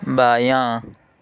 بایاں